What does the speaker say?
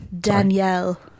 danielle